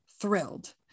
thrilled